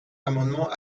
amendements